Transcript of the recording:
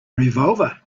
revolver